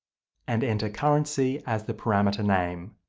and enter currency as the parameter name.